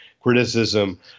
criticism